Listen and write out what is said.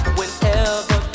Whenever